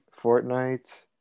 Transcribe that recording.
Fortnite